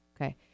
Okay